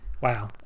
Wow